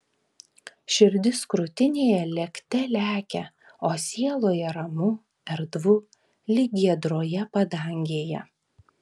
širdis krūtinėje lėkte lekia o sieloje ramu erdvu lyg giedroje padangėje